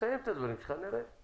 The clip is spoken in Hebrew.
סיים את הדברים שלך, ונראה.